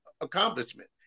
accomplishment